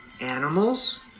animals